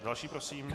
Další prosím.